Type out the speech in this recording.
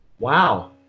Wow